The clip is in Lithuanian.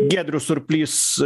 giedrius surplys